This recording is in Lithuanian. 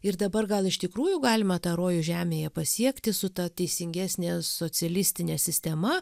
ir dabar gal iš tikrųjų galima tą rojų žemėje pasiekti su ta teisingesne socialistine sistema